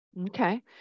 Okay